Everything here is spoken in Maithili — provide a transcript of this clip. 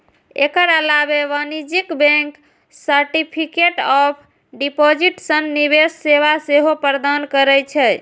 एकर अलावे वाणिज्यिक बैंक सर्टिफिकेट ऑफ डिपोजिट सन निवेश सेवा सेहो प्रदान करै छै